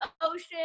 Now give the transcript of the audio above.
ocean